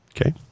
Okay